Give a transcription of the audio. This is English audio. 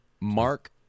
Mark